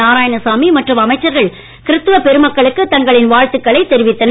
நாராயணசாமிமற்றும்அமைச்சர்கள்கிறிஸ்தவபெருமக்க ளுக்குதங்களின்வாழ்த்துக்களைத்தெரிவித்தனர்